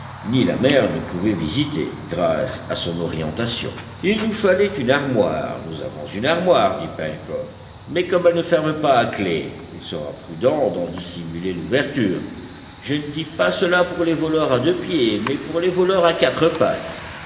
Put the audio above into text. ni la mer ne pouvaient visiter grâce à son orientation il nous fallait une armoire nous avons une armoire dit pencroff mais comme elle ne ferme pas à clef il sera prudent d'en dissimuler l'ouverture je ne dis pas cela pour les voleurs à deux pieds mais pour les voleurs à quatre pattes